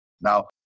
Now